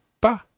pas